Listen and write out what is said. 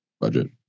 budget